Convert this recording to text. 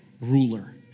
ruler